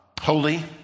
holy